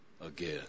again